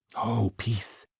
o, peace!